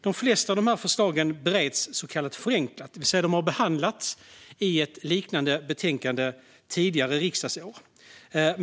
De flesta av dessa förslag bereds så kallat förenklat, det vill säga de har behandlats i ett liknande betänkande tidigare riksdagsår.